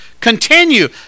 continue